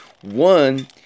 one